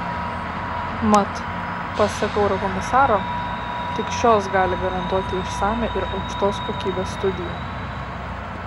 mat pasak eurokomisaro tik šios gali garantuoti išsamią ir aukštos kokybės studiją